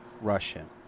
Russian